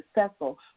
successful